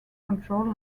control